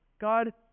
God